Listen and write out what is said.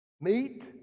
Meat